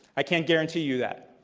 i can't guarantee you that.